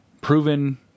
proven